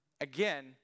again